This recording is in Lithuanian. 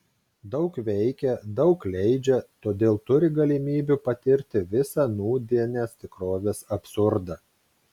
daug veikia daug leidžia todėl turi galimybių patirti visą nūdienės tikrovės absurdą